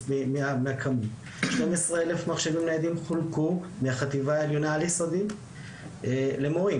12 אלף מחשבים ניידים חולקו מהחטיבה העליונה על יסודי למורים.